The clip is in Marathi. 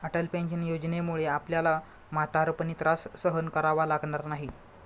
अटल पेन्शन योजनेमुळे आपल्याला म्हातारपणी त्रास सहन करावा लागणार नाही